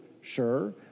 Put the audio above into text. Sure